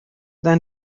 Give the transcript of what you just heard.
than